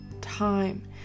time